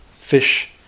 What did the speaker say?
fish